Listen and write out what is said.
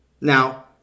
Now